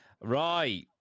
Right